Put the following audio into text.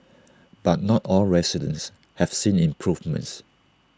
but not all residents have seen improvements